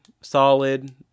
solid